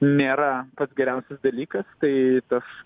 nėra pats geriausias dalykas tai tas